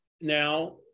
now